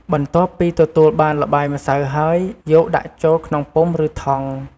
បន្ទាប់ពីទទួលបានល្បាយម្សៅហើយ យកដាក់ចូលក្នុងពុម្ពឬថង់ ។